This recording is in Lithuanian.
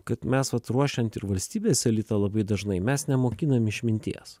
kad mes vat ruošiant ir valstybės elitą labai dažnai mes nemokinam išminties